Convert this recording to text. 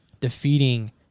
defeating